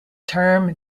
term